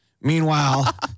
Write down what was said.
meanwhile